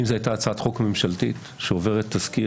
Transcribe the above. אם זו הייתה הצעת חוק ממשלתית שעוברת התייחסות